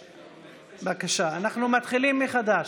בבקשה, אנחנו מתחילים מחדש.